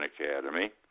academy